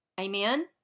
Amen